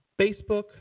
Facebook